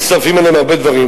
מצטרפים אליו הרבה דברים,